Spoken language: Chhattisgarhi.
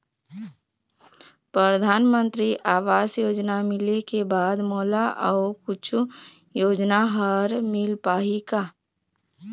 परधानमंतरी आवास योजना मिले के बाद मोला अऊ कुछू योजना हर मिल पाही का?